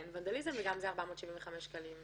גם זה 475 שקלים קנס.